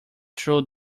true